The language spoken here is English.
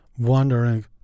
Wondering